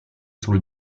sul